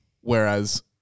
Whereas